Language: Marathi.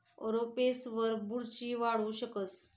रोपेसवर बुरशी वाढू शकस